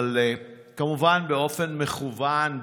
כמובן באופן מקוון,